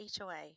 HOA